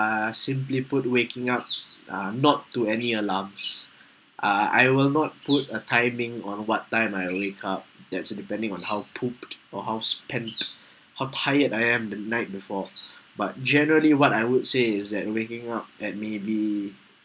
uh simply put waking up uh not to any alarm uh I will not put a timing on what time I wake up that's to depending on how pooped or how spent how tired I am the night before but generally what I would say is that waking up at maybe